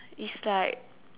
is like